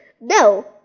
No